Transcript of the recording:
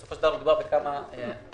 בסופו של דבר מדובר בכמה משפחתונים.